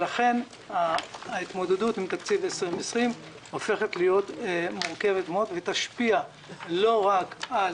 לכן ההתמודדות עם תקציב 2020 הופכת להיות מורכבת מאוד ותשפיע לא רק על